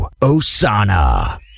Osana